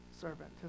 servant